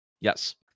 Yes